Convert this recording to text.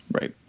Right